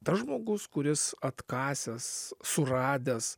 tas žmogus kuris atkasęs suradęs